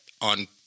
on